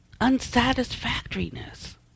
unsatisfactoriness